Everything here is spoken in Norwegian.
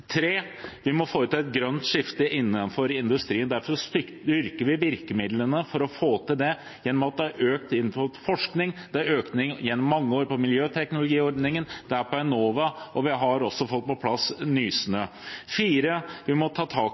Vi må foreta et grønt skifte innenfor industrien. Derfor styrker vi virkemidlene for å få til det ved at det er en økning innenfor forskning, det er økning gjennom mange år av miljøteknologiordningen, det er av Enova, og vi har også fått på plass Nysnø. Vi må ta tak